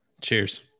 Cheers